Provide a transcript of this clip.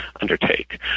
undertake